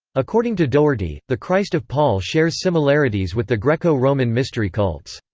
according to doherty, the christ of paul shares similarities with the greco-roman mystery cults.